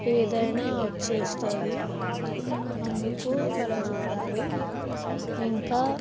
ఏదైనా వస్తుంది అందుకు అలా చూడాలి ఇంకా